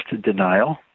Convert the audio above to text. denial